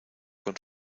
con